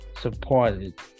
supported